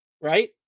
right